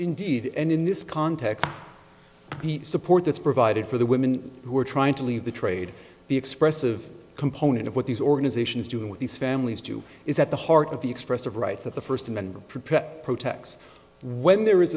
indeed and in this context support that's provided for the women who are trying to leave the trade the expressive component of what these organizations do what these families do is at the heart of the expressive rights of the first amendment pre press pro tax when there